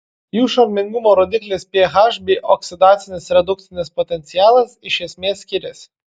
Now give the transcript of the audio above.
jų šarmingumo rodiklis ph bei oksidacinis redukcinis potencialas iš esmės skiriasi